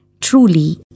truly